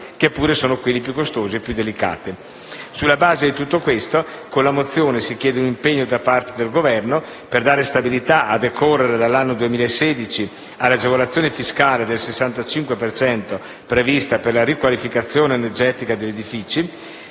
che pure sono quelli più costosi e più delicati. Sulla base di tutto questo, con la mozione si chiede un impegno da parte del Governo per: dare stabilità, a decorrere dall'anno 2016, all'agevolazione fiscale del 65 per cento prevista per la riqualificazione energetica degli edifici;